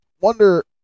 wonder